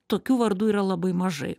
tokių vardų yra labai mažai